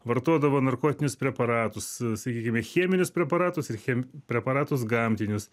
vartodavo narkotinius preparatus sakykime cheminius preparatus ir chem preparatus gamtinius